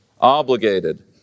obligated